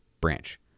branch